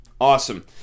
Awesome